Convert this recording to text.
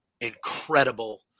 incredible